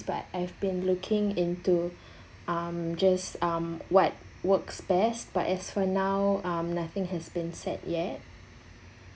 but I've been looking into um just um what works best but as for now um nothing has been set yet